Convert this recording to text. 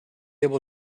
able